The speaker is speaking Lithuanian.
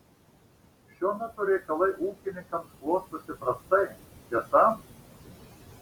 šiuo metu reikalai ūkininkams klostosi prastai tiesa